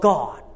God